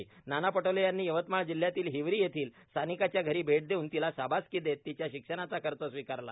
प नाना पटोले यांनी यवतमाळ जिल्ह्यातील हिवरी येथील सानिकाच्या घरी भेट देऊन तिला शाबासकी देत तिच्या शिक्षणाचा खर्च स्वीकारला